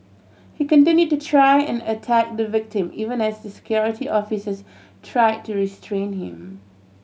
he continued to try and attack the victim even as Security Officers try to restrain him